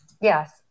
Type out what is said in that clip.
Yes